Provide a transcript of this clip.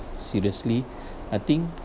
seriously I think